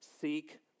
Seek